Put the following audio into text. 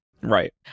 Right